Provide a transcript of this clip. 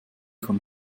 von